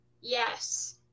Yes